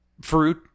fruit